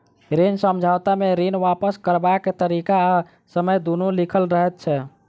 ऋण समझौता मे ऋण वापस करबाक तरीका आ समय दुनू लिखल रहैत छै